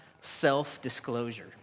self-disclosure